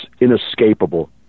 inescapable